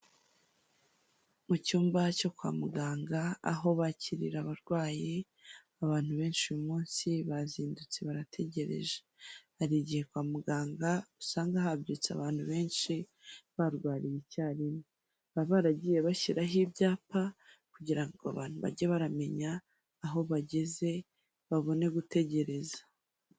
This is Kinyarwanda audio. Mu cyumba cyo kwa muganga aho bakiriye abarwayi, abantu benshi uyu munsi bazindutse barategereje. Hari igihe kwa muganga usanga habyutse abantu benshi barwariye icyarimwe, baba baragiye bashyiraho ibyapa kugira ngo abantu bajye baramenya aho bageze babone gutegereza.